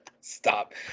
Stop